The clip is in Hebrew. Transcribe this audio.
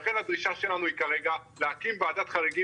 לכן הדרישה שלנו היא כרגע להקים ועדת חריגים